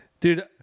Dude